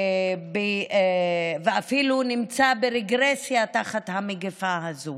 אפילו ברגרסיה במגפה הזאת.